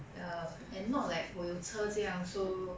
ya and not like 我有车这样 so